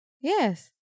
Yes